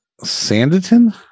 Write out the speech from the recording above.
Sanditon